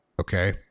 Okay